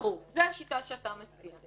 ברור, זו השיטה שאתה מציע.